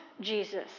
Jesus